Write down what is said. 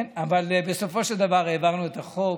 כן, אבל בסופו של דבר העברנו את החוק.